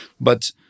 But-